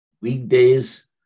weekdays